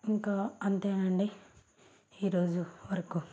ఇంకా అంతే అండి ఈరోజు వరకు